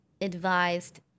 advised